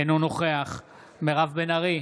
אינו נוכח מירב בן ארי,